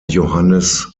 johannes